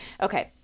Okay